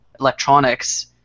electronics